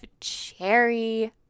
cherry